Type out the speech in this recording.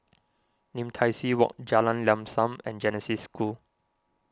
Lim Tai See Walk Jalan Lam Sam and Genesis School